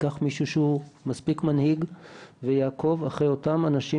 ייקח מישהו שהוא מספיק מנהיג ויעקוב אחרי אותם אנשים